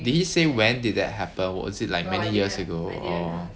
did he say when did that happen was it like many years ago or